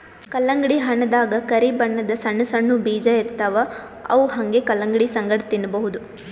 ಕಲ್ಲಂಗಡಿ ಹಣ್ಣ್ ದಾಗಾ ಕರಿ ಬಣ್ಣದ್ ಸಣ್ಣ್ ಸಣ್ಣು ಬೀಜ ಇರ್ತವ್ ಅವ್ ಹಂಗೆ ಕಲಂಗಡಿ ಸಂಗಟ ತಿನ್ನಬಹುದ್